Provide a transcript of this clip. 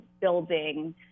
building